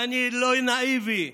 ואני לא אהיה נאיבי,